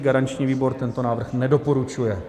Garanční výbor tento návrh nedoporučuje.